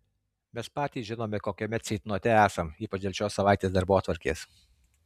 mes patys žinome kokiame ceitnote esam ypač dėl šios savaitės darbotvarkės